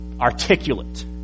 articulate